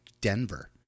Denver